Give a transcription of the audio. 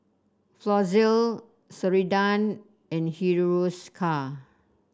Floxia Ceradan and Hiruscar